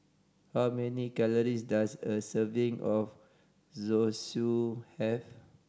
how many calories does a serving of Zosui have